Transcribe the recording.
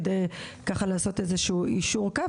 כדי לעשות איזשהו יישור קו,